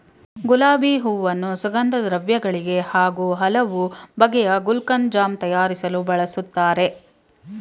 ಗುಲಾಬಿ ಹೂವನ್ನು ಸುಗಂಧದ್ರವ್ಯ ಗಳಿಗೆ ಹಾಗೂ ಹಲವು ಬಗೆಯ ಗುಲ್ಕನ್, ಜಾಮ್ ತಯಾರಿಸಲು ಬಳ್ಸತ್ತರೆ